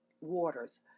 waters